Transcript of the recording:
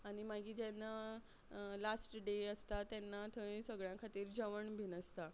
आनी मागीर जेन्ना लास्ट डे आसता तेन्ना थंय सगळ्यां खातीर जेवण बीन आसता